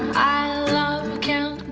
i love counting,